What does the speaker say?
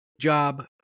job